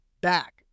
back